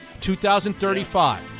2035